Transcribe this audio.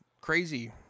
crazy